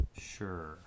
Sure